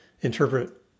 interpret